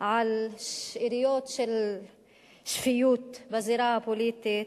על שאריות של שפיות בזירה הפוליטית,